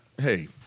Hey